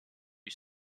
you